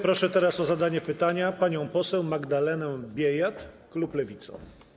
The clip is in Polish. Proszę teraz o zadanie pytania panią poseł Magdalenę Biejat, klub Lewica.